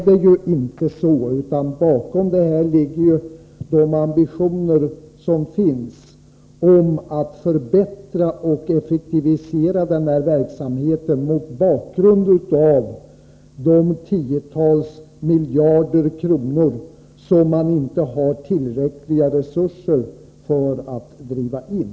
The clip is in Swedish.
Det är inte så, utan bakom detta ligger ambitionen att förbättra och effektivisera denna verksamhet, mot bakgrund av de tiotals miljarder kronor som man inte har tillräckliga resurser för att driva in.